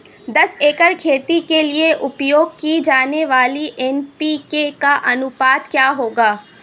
दस एकड़ खेती के लिए उपयोग की जाने वाली एन.पी.के का अनुपात क्या होगा?